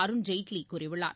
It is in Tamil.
அருண்ஜேட்லிகூறியுள்ளார்